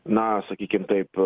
na sakykim taip